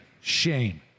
shame